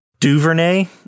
DuVernay